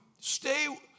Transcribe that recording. stay